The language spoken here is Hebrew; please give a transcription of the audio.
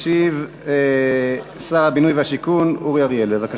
ישיב שר הבינוי והשיכון אורי אריאל, בבקשה.